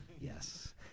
yes